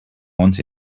want